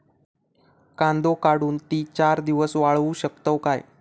कांदो काढुन ती चार दिवस वाळऊ शकतव काय?